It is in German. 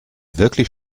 wirklich